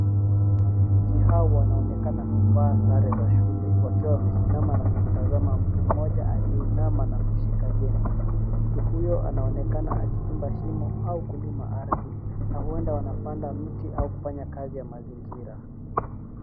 Mabinti hawa wanaonekana kuvaa sare za shule wakiwa wamesimama na kumtazama mtu mmoja aliyeinama na kushika jembe. Mtu hyo anaonekana akichimba shimo au kulima ardhi na huenda wanapanda mti au kufanya kazi ya mazingira.